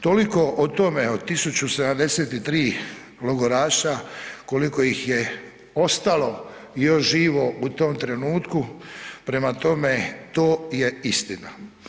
Toliko o tome od 1073 logoraša koliko ih je ostalo još živo u tom trenutku, prema tome, to je istina.